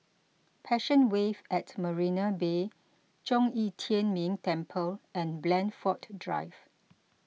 Passion Wave at Marina Bay Zhong Yi Tian Ming Temple and Blandford Drive